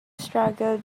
struggled